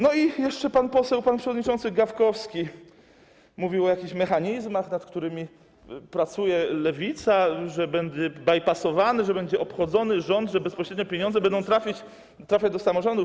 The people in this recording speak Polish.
No i jeszcze pan przewodniczący Gawkowski mówił o jakichś mechanizmach, nad którymi pracuje Lewica, że będzie bajpasowany, że będzie obchodzony rząd, że bezpośrednio pieniądze będą trafiać do samorządów.